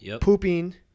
Pooping